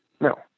No